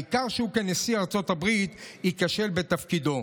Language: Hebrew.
העיקר שהוא כנשיא ארצות הברית ייכשל בתפקידו.